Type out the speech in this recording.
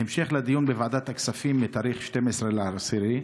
בהמשך לדיון בוועדת הכספים בתאריך 12 באוקטובר,